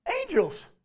angels